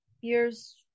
years